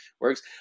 works